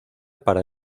para